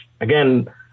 Again